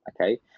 Okay